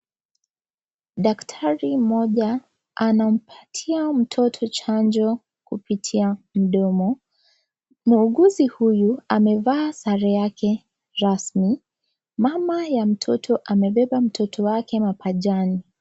Daktari mmoja anampatia mtoto chanjo kupitia mdomo. Muuguzi huyu amevaa sare yake rasmi. Mama wa mtoto amebeba mtoto wake mapajani.